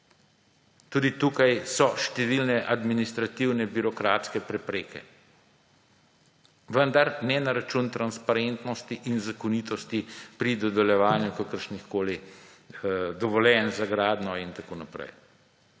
Tudi tukaj so številne administrativne birokratske prepreke, vendar ne na račun transparentnosti in zakonitosti pri dodeljevanju kakršnikoli dovoljenj za gradnjo in tako naprej.